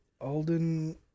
Alden